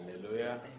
Hallelujah